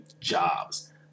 Jobs